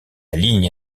ligne